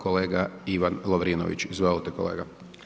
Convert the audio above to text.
Kolega Ivan Lovrinović, izvolite kolega.